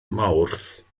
mawrth